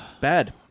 Bad